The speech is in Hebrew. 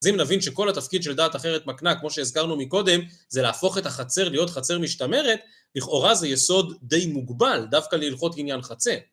אז אם נבין שכל התפקיד של דעת אחרת מקנה, כמו שהזכרנו מקודם, זה להפוך את החצר להיות חצר משתמרת, לכאורה זה יסוד די מוגבל דווקא להלכות עניין חצר.